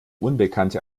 unbekannte